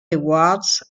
awards